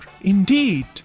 indeed